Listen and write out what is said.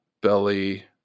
belly